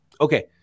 okay